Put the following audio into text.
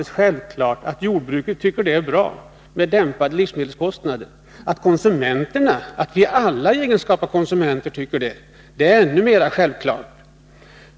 Självfallet tycker jordbruket att det är bra med dämpade livsmedelskostnader. Vi alla i egenskap av konsumenter tycker i ännu större utsträckning att det är bra.